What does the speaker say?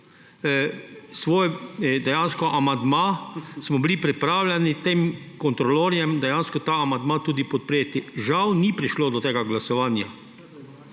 dejansko svoj amandma, smo bili pripravljeni tem kontrolorjem dejansko ta amandma tudi podpreti. Žal ni prišlo do tega glasovanja.